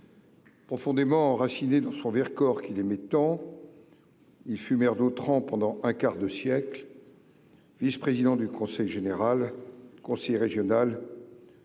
Profondément enraciné dans son Vercors qu'il aimait tant, il fut maire d'Autrans pendant un quart de siècle, vice-président du conseil général, conseiller régional